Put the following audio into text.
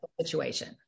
situation